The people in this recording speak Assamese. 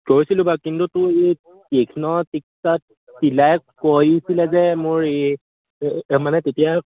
কৰিছিলোঁ বাৰু কিন্তু তোৰ এই কেইখনত ঠিকঠাক চিলাই কৰিছিলে যে মোৰ এই মানে তেতিয়া